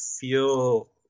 feel